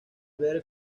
ver